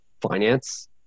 finance